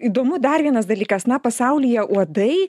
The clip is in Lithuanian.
įdomu dar vienas dalykas na pasaulyje uodai